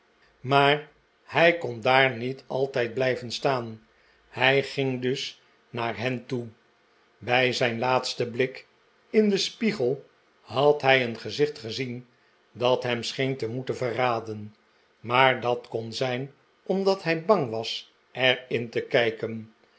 maar hij kon daar niet altijd blijven staan en ging dus naar hen toe bij zijn laatsten blik in den spiegel had hij een gezicht gezien dat hem scheen te moeten verraden maar dat kon zijn omdat hij bang was er in te kijken